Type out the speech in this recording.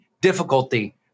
difficulty